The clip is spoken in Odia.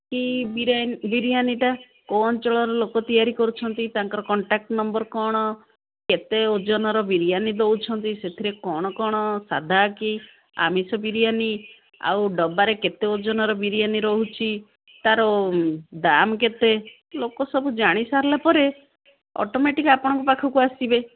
କି ବିରିୟାନି ବିରିୟାନିଟା କେଉଁ ଅଞ୍ଚଳର ଲୋକ ତିଆରି କରୁଛନ୍ତି ତାଙ୍କର କଣ୍ଟାକ୍ଟ ନମ୍ବର୍ କ'ଣ କେତେ ଓଜନର ବିରିୟାନି ଦେଉଛନ୍ତି ସେଥିରେ କ'ଣ କ'ଣ ସାଧା କି ଆମିଷ ବିରିୟାନୀ ଆଉ ଡବାରେ କେତେ ଓଜନର ବିରିୟାନି ରହୁଛି ତା'ର ଦାମ୍ କେତେ ଲୋକ ସବୁ ଜାଣିସାରିଲା ପରେ ଅଟୋମେଟିକ୍ ଆପଣଙ୍କ ପାଖକୁ ଆସିବେ